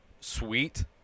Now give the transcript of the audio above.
sweet